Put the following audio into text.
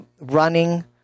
running